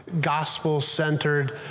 gospel-centered